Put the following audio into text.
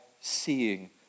seeing